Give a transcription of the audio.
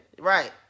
Right